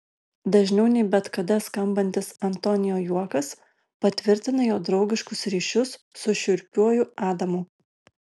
dažniau nei bet kada skambantis antonio juokas patvirtina jo draugiškus ryšius su šiurpiuoju adamu